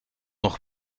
nog